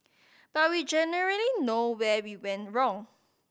but we generally know where we went wrong